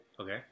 Okay